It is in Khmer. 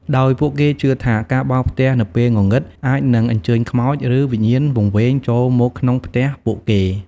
ដោយពួកគេជឿថា ការបោសផ្ទះនៅពេលងងឹត អាចនឹងអញ្ជើញខ្មោច ឬវិញ្ញាណវង្វេងចូលមកក្នុងផ្ទះពួកគេ។